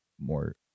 more